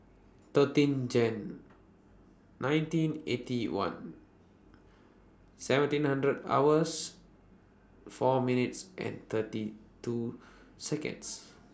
thirteen Jan nineteen Eighty One seventeen hundred hours four minutes and thirty two Seconds